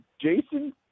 Jason –